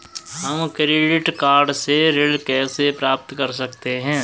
हम credit card से ऋण कैसे प्राप्त कर सकते हैं?